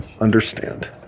understand